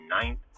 ninth